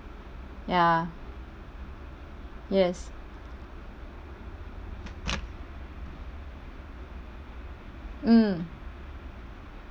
ya yes mm